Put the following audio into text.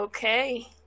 okay